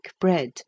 bread